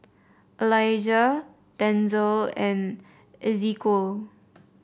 Alijah Denzel and Ezequiel